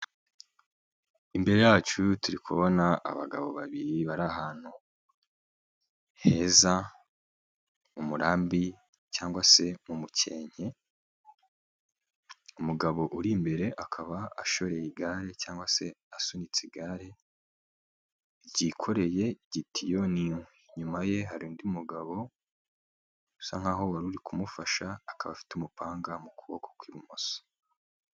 lmbere yacu turi kubona abagabo babiri bari ahantu heza ,mu murambi cyangwa se mu mukenke, umugabo uri imbere akaba ashoreye igare cyangwa se asunitse igare ,ryikoreye igitiyo n'inkwi. lnyuma ye hari undi mugabo usa nk'aho wari uri kumufasha ,akaba afite umupanga mu kuboko kw'ibumoso.